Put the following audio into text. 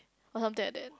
or something like that